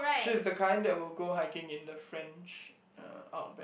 she's the kind that will go hiking in the French uh Outback